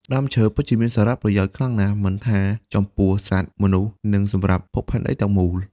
ដើមឈើពិតជាមានសារៈប្រយោជន៍ខ្លាំងណាស់មិនថាចំពោះសត្វ មនុស្សនិងសម្រាប់ភពផែនដីទាំងមូល។